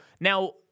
Now